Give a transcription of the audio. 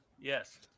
yes